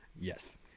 Yes